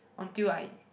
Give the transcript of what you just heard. until I